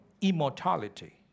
immortality